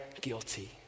guilty